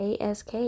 ASK